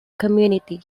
community